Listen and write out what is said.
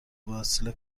وصله